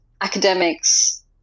academics